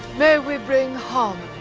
may we bring home.